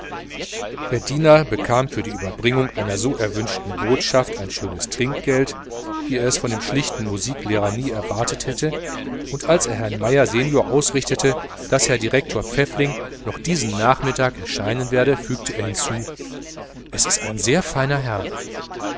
bekam für die überbringung einer so erwünschten botschaft ein so schönes trinkgeld wie er es von dem schlichten musiklehrer nie erwartet hätte und als er herrn meier senior ausrichtete daß herr direktor pfäffling noch diesen nachmittag erscheinen werde fügte er hinzu es ist ein sehr feiner herr